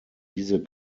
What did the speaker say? diese